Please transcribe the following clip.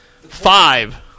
five